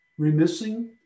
remissing